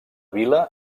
vila